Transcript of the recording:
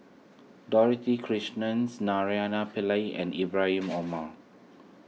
Dorothy Krishnan Naraina Pillai and Ibrahim Omar